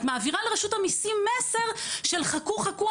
את מעבירה לרשות המיסים מסר של חכו חכו,